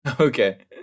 Okay